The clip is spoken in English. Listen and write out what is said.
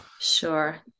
Sure